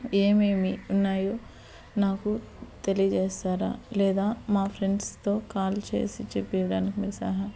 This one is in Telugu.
ఏమేమి ఉన్నాయో నాకు తెలియజేస్తారా లేదా మా ఫ్రెండ్స్తో కాల్ చేసి చెప్పే దానికి మీరు సహాయం